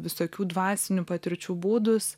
visokių dvasinių patirčių būdus